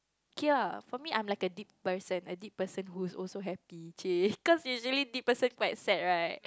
kay for me I'm like a deep person a deep person who's also happy chey cause usually deep person quite sad right